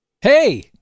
Hey